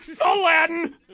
Aladdin